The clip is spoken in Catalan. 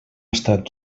estat